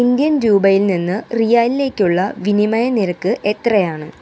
Indian രൂപയിൽ നിന്ന് റിയാലിലേക്കുള്ള വിനിമയ നിരക്ക് എത്രയാണ്